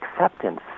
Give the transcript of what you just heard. acceptance